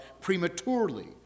prematurely